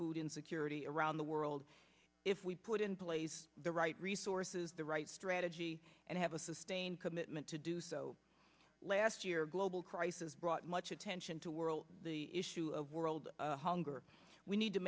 food insecurity around the world if we put in place the right resources the right strategy and have a sustained commitment to do so last year global crisis brought much attention to world the issue of world hunger we need to